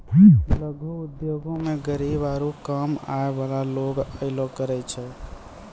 लघु उद्योगो मे गरीब आरु कम आय बाला लोग अयलो करे छै